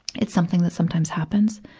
it's something that sometimes happens.